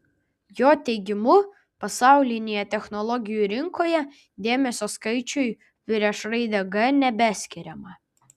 jo teigimu pasaulinėje technologijų rinkoje dėmesio skaičiui prieš raidę g nebeskiriama